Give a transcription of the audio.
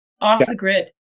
Off-the-grid